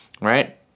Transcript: right